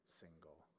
single